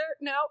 No